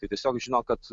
tai tiesiog žino kad